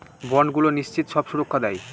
বন্ডগুলো নিশ্চিত সব সুরক্ষা দেয়